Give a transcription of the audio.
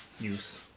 use